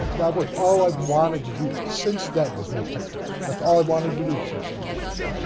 that was all i've wanted to do since then, was make pictures. that's all i wanted to do since then.